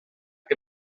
que